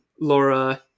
Laura